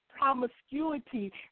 promiscuity